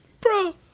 Bro